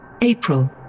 April